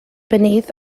beneath